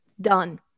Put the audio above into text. Done